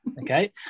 Okay